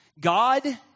God